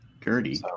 Gertie